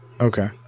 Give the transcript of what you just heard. Okay